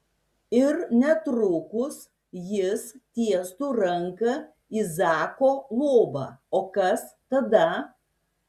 ir netrukus jis tiestų ranką į zako lovą o kas tada